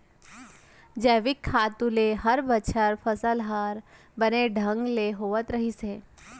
जैविक खातू ले हर बछर फसल हर बने ढंग ले होवत रहिस हे